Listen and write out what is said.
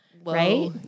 Right